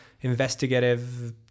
investigative